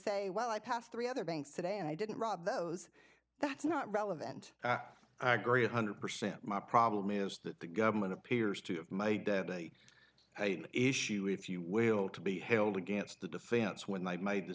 say well i passed three other banks today and i didn't rob those that's not relevant i agree one hundred percent my problem is that the government appears to have made the issue if you will to be held against the defense with my made the